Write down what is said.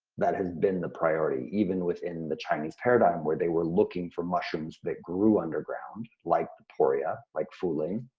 that has been the priority even within the chinese paradigm where they were looking for mushrooms that grew underground, like the poria, like fu ling,